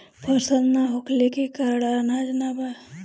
फसल ना होखले के कारण अनाज ना बा